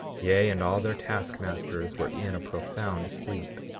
yea, and all their task-masters were in a profound sleep.